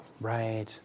Right